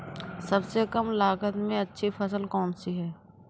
सबसे कम लागत में अच्छी फसल कौन सी है?